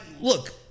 look